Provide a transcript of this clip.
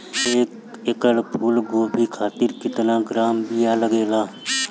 एक एकड़ फूल गोभी खातिर केतना ग्राम बीया लागेला?